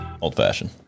Old-fashioned